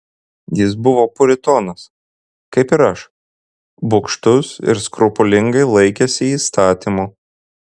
jis buvo puritonas kaip ir aš bugštus ir skrupulingai laikėsi įstatymų